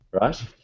right